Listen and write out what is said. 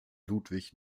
ludwig